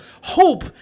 hope